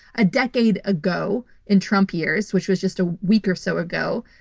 a decade ago in trump years, which was just a week or so ago,